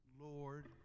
Lord